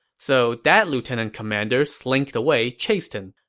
so that lieutenant commander slinked away chastened.